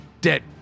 dead